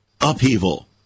upheaval